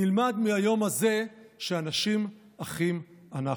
נלמד מהיום הזה שאנשים אחים אנחנו.